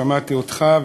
שמעתי אותך,